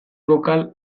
bokal